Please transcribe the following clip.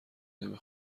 نمی